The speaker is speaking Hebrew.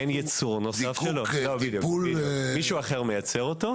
אין ייצור נוסף שלו, מישהו אחר מייצר אותו.